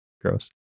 gross